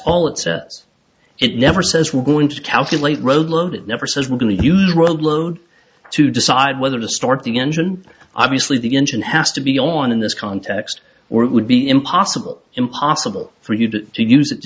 all it says it never says we're going to calculate road load it never says we're going to use ro load to decide whether to start the engine obviously the engine has to be on in this context where it would be impossible impossible for you to use it to